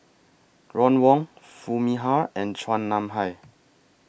Ron Wong Foo Mee Har and Chua Nam Hai